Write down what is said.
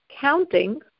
counting